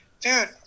dude